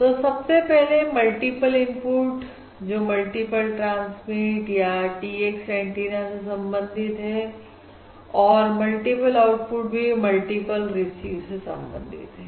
तो सबसे पहले मल्टीपल इनपुट जो मल्टीपल ट्रांसमिट या Tx एंटीना से संबंधित है औरऔर मल्टीपल आउटपुट भी मल्टीपल रिसीव से संबंधित है